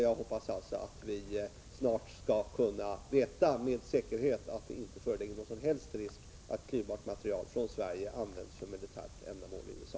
Jag hoppas att vi snart skall kunna veta med säkerhet att det inte föreligger någon som helst risk att klyvbart material från Sverige används för militärt ändamål i USA.